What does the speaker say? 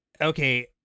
okay